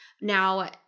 Now